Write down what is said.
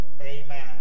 amen